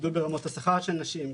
גידול ברמות השכר של נשים,